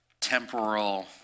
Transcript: temporal